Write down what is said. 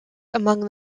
among